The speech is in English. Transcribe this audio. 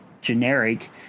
generic